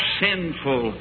sinful